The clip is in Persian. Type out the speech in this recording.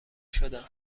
شدم